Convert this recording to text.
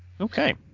Okay